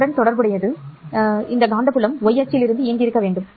இதனுடன் தொடர்புடையது காந்தப்புலம் Y இயக்கியிருக்க வேண்டும்